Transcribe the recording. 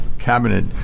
cabinet